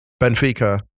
Benfica